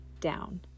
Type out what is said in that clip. down